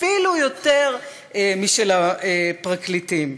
אפילו יותר משל הפרקליטים.